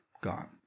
gone